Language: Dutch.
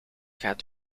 gaat